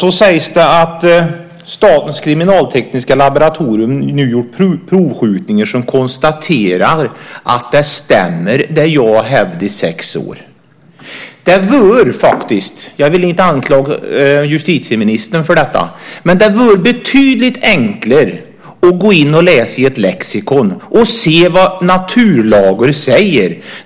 Det sägs att Statens kriminaltekniska laboratorium har gjort provskjutningar, och det har konstaterats att det jag har hävdat i sex år stämmer. Jag vill inte anklaga justitieministern, men det vore betydligt enklare att läsa i ett lexikon om vad naturlagarna säger.